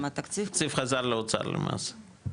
התקציב חזר לאוצר למעשה.